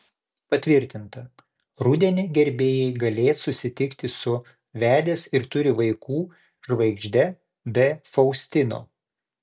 patvirtinta rudenį gerbėjai galės susitikti su vedęs ir turi vaikų žvaigžde d faustino